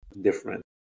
different